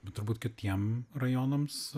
bet turbūt kitiem rajonams